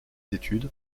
études